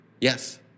Yes